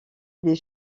des